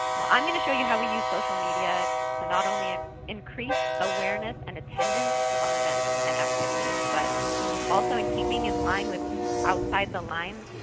well i'm going to show you how we use social media to not only ah increase awareness and attendance of our events and activities, but also in keeping in line with outside the lines,